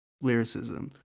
lyricism